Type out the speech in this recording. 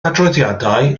adroddiadau